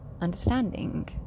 understanding